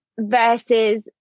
versus